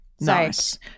Nice